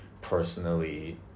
personally